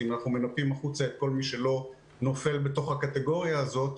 אם אנחנו מנפים החוצה את כל מי שלא נופל בתוך הקטגוריה הזאת,